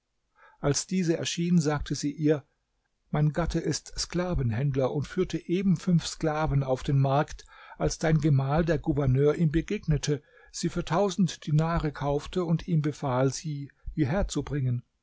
als diese erschien sagte sie ihr mein gatte ist sklavenhändler und führte eben fünf sklaven auf den markt als dein gemahl der gouverneur ihm begegnete sie für tausend dinare kaufte und ihm befahl sie